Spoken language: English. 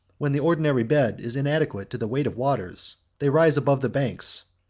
when the ordinary bed is inadequate to the weight of waters, they rise above the banks,